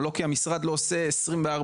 או לא כי המשרד לא עושה עבודה 24